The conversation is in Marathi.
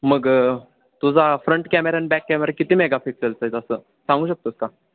मग तुझा फ्रंट कॅमेरा आणि बॅक कॅमेरा किती मेगापिक्सेलचा आहे तसं सांगू शकतोस का